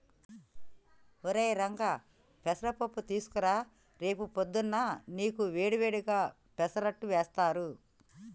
ఒరై రంగా పెసర పప్పు తీసుకురా రేపు పొద్దున్నా నీకు వేడి వేడిగా పెసరట్టు వేస్తారు